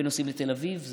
הרבה נוסעים לתל אביב.